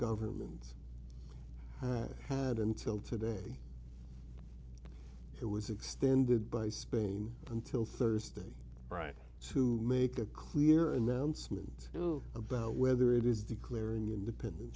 government had until today it was extended by spain until thursday right to make a clear announcement to about whether it is declaring independen